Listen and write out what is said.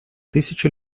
тысячи